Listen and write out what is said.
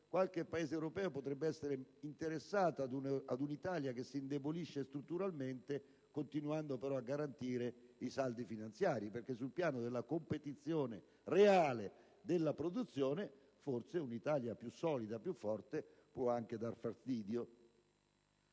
qualche Paese europeo potrebbe essere interessato ad un'Italia che si indebolisce strutturalmente, continuando però a garantire i saldi finanziari, perché sul piano della competizione reale, della produzione, forse un'Italia più solida e più forte può anche dar fastidio.